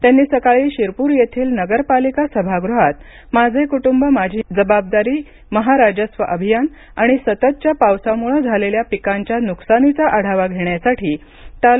त्यांनी सकाळी शिरपूर येथील नगरपालिका सभागृहात माझे कुटुंब माझी जबाबदारी महाराजस्व अभियान आणि सततच्या पावसामुळे झालेल्या पिकांच्या नुकसानीचा आढावा घेण्यासाठी तालुकास्तरीय आढावा बैठक घेतली